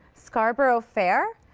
scarborough fair,